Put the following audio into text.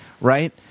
right